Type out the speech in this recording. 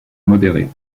modérée